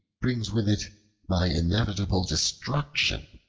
brings with it my inevitable destruction.